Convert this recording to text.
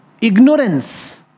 ignorance